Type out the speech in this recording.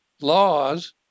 laws